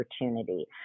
opportunity